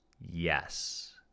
yes